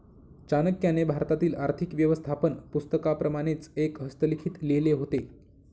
चाणक्याने भारतातील आर्थिक व्यवस्थापन पुस्तकाप्रमाणेच एक हस्तलिखित लिहिले होते